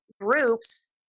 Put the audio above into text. groups